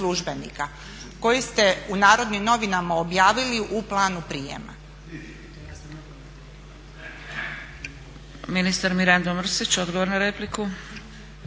koje ste u Narodnim novinama objavili u planu prijema?